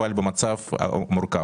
אבל במצב מורכב.